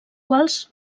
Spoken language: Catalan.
quals